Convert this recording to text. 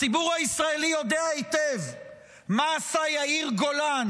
הציבור הישראלי יודע היטב מה עשה יאיר גולן